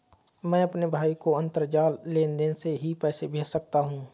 मैं अपने भाई को अंतरजाल लेनदेन से ही पैसे भेज देता हूं